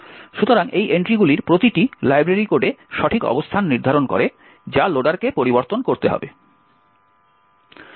সুতরাং এই এন্ট্রিগুলির প্রতিটি লাইব্রেরি কোডে সঠিক অবস্থান নির্ধারণ করে যা লোডারকে পরিবর্তন করতে হবে